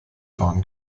fahren